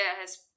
has-